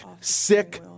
sick